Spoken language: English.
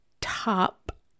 top